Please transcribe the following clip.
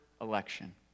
election